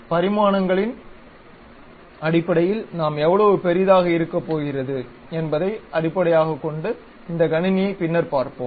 பரிமாணங்களின் அடிப்படையில் நாம் எவ்வளவு பெரியதாக இருக்கப் போகிறது என்பதை அடிப்படையாகக் கொண்டு இந்த கணினியை பின்னர் பார்ப்போம்